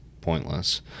pointless